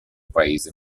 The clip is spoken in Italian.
paese